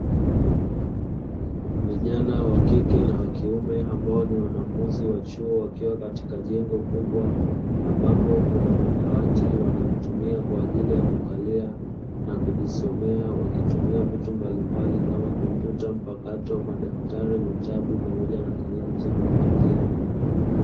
Vijana wa kike na wa kiume ambao ni wanafunzi wa chuo wakiwa katika jengo kubwa ambapo kuna madawati wanayotumia kwa ajili ya kukalia na kujisomea, wakitumia vitu mbalimbali kama kompyuta mpakato, madaftari, vitabu pamoja na kalamu za kuandikia.